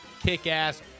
kick-ass